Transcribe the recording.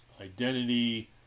identity